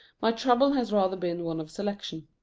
my trouble has rather been one of selection.